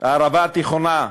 ערבה תיכונה,